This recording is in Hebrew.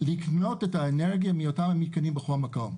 לקנות את האנרגיה מאותם מיתקנים בכל מקום,